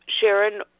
Sharon